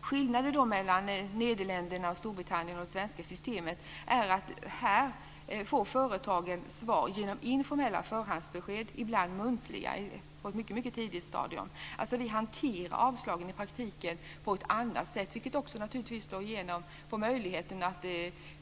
Skillnaden mellan systemet i Nederländerna, Storbritannien och Sverige är att här får företagen svar genom informella förhandsbesked, ibland muntliga på ett mycket tidigt stadium. Vi hanterar i praktiken avslagen på ett annat sätt, vilket också naturligtvis slår igenom på möjligheten att